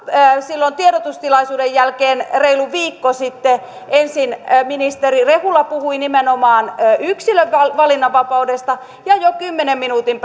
silloin tiedotustilaisuuden jälkeen reilu viikko sitten ensin ministeri rehula puhui nimenomaan yksilön valinnanvapaudesta ja jo kymmenen minuutin